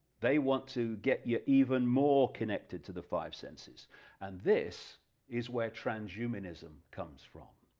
they want to get you even more connected to the five senses and this is where trans-humanism comes from,